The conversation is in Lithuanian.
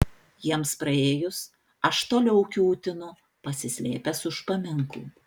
jiems praėjus aš toliau kiūtinu pasislėpęs už paminklų